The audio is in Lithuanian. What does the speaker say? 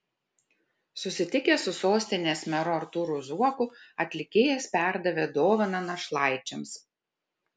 susitikęs su sostinės meru artūru zuoku atlikėjas perdavė dovaną našlaičiams